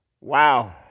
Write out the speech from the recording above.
Wow